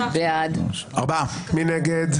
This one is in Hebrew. מי נגד?